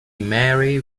marry